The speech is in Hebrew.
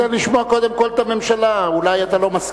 תן לשמוע קודם כול את הממשלה, אולי אתה לא תסכים.